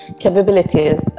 capabilities